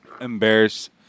embarrassed